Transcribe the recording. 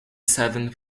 seventh